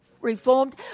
reformed